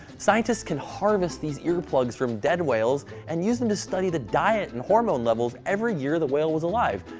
scientists can harvest these ear plugs from dead whales and use em to study the diet and hormone levels every year the whale was alive,